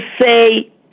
say